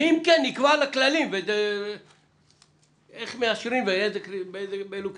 ואם כן נקבע כללים איך מאשרים ובאילו קריטריונים.